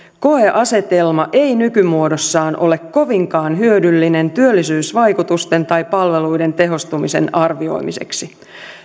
koeasetelma ei nykymuodossaan ole kovinkaan hyödyllinen työllisyysvaikutusten tai palveluiden tehostumisen arvioimiseksi